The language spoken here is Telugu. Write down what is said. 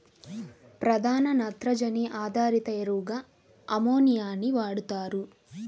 ప్రధాన నత్రజని ఆధారిత ఎరువుగా అమ్మోనియాని వాడుతారు